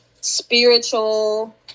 spiritual